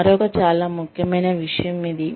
మరొక చాలా ముఖ్యమైన విషయం ఇది